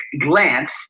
glance